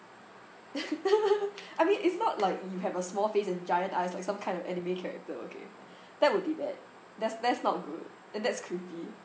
I mean it's not like you have a small face and giant eyes like some kind of anime character okay that would be bad that's that's not good and that's creepy